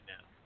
now